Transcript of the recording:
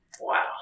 wow